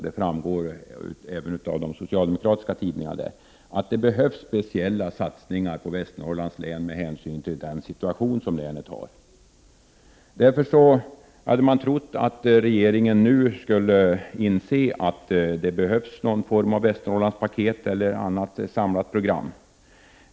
det framgår också av vad de socialdemokratiska tidningarna skriver — att det behövs speciella satsningar på Västernorrlands län med tanke på situationen i länet. Man trodde att regeringen nu skulle inse att det behövs något slags Västernorrlandspaket eller något annat samlat program.